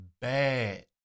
bad